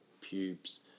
pubes